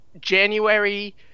January